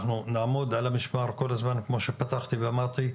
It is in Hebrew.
אנחנו נעמוד על המשמר כל הזמן כמו שפתחתי ואמרתי,